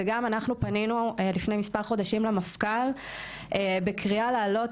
וגם פנינו לפני מספר חודשים למפכ"ל בקריאה להעלות